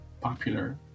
popular